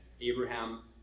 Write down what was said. Abraham